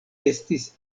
estis